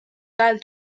tal